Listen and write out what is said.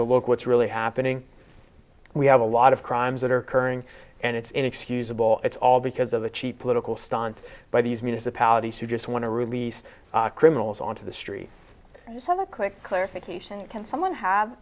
to look what's really happening we have a lot of crimes that are occurring and it's inexcusable it's all because of a cheap political stunt by these municipalities who just want to release criminals onto the streets have a quick clarification someone have